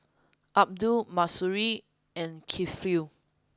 Abdul Mahsuri and Kifli